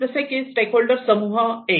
जसे की stakeholders समूह एक